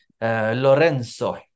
Lorenzo